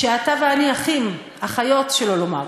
שאתה ואני אחים, אחיות, שלא לומר,